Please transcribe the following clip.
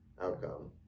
outcome